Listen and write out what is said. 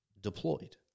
deployed